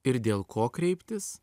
ir dėl ko kreiptis